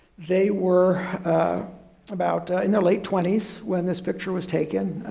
they were about in their late twenty s when this picture was taken.